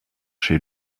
chez